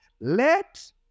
let